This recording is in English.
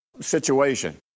situation